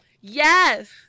yes